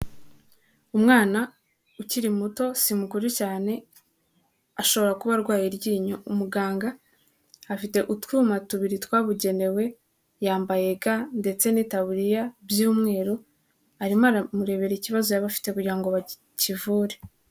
Umwana ukiri muto si mukuru cyane ashobora kuba arwaye iryinyo, umuganga afite utwuma tubiri twabugenewe, yambaye ga ndetse n'itaburiya by'umweru, arimo aramurebera ikibazo yaba afite kugira ngo bakivure.